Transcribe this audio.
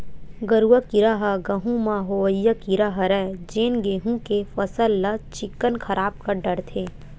गरुआ कीरा ह गहूँ म होवइया कीरा हरय जेन गेहू के फसल ल चिक्कन खराब कर डरथे